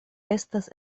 estas